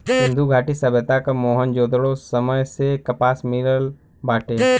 सिंधु घाटी सभ्यता क मोहन जोदड़ो समय से कपास मिलल बाटे